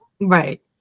Right